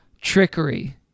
trickery